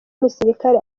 umusirikare